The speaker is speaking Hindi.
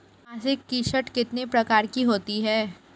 मासिक किश्त कितने प्रकार की होती है?